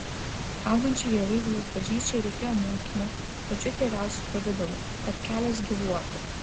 augančiai jeruzalės bažnyčiai reikėjo mokymo pačiu tyriausiu pavidalu kad kelias gyvuotų